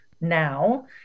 now